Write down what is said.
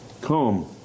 come